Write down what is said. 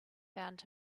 found